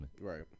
Right